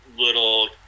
little